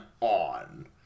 on